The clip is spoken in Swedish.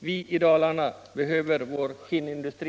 Vi i Dalarna behöver vår skinnindustri.